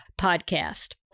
podcast